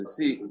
see